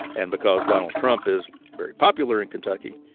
and because donald trump is very popular in kentucky,